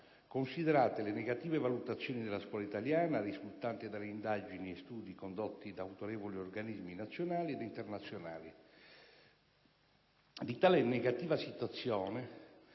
considerate le negative valutazioni della scuola italiana risultanti da indagini e studi condotti da autorevoli organismi nazionali ed internazionali. Di tale negativa situazione